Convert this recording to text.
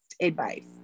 advice